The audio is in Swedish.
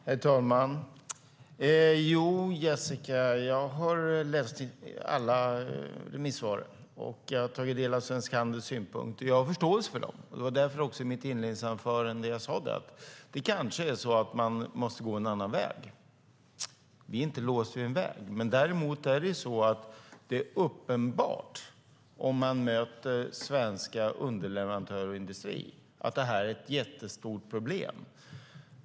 Herr talman! Jo, Jessica, jag har läst alla remissvar och tagit del av Svensk Handels synpunkter. Jag har förståelse för dem. Det var också därför som jag i mitt inledningsanförande sade att man kanske måste gå en annan väg. Vi är inte låsta vid en speciell väg. Däremot är det uppenbart, om man möter svenska underleverantörer och svensk industri, att detta är ett jättestort problem.